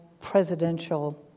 presidential